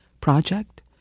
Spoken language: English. project